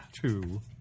two